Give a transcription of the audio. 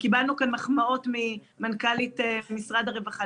וקיבלנו כאן מחמאות ממנכ"לית משרד הרווחה.